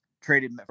traded